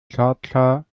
schardscha